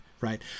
right